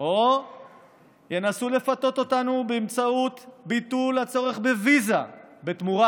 או ינסו לפתות אותנו באמצעות ביטול הצורך בוויזה בתמורה,